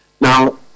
Now